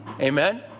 Amen